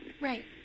Right